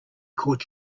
caught